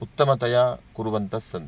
उत्तमतया कुर्वन्तः सन्ति